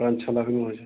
पाँच छः लाख में हो जाए